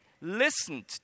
listened